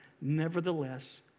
Nevertheless